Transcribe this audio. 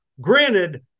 granted